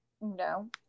no